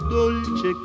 dolce